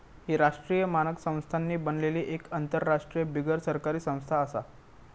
ही राष्ट्रीय मानक संस्थांनी बनलली एक आंतरराष्ट्रीय बिगरसरकारी संस्था आसा